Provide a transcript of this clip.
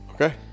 Okay